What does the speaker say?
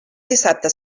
dissabte